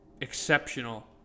exceptional